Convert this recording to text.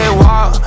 walk